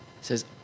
says